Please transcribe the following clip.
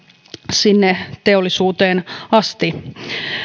sinne teollisuuteen asti